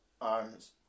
arms